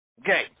Okay